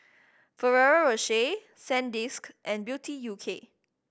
Ferrero Rocher Sandisk and Beauty U K